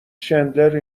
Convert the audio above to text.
چندلر